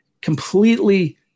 completely